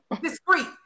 Discreet